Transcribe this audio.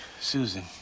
Susan